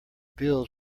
bills